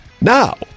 Now